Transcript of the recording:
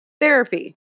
therapy